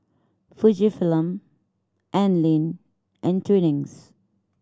Fujifilm Anlene and Twinings